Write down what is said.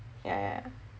yah yah